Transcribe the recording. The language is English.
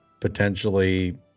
potentially